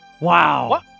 Wow